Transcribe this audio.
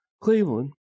Cleveland